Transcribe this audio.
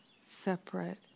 separate